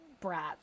brat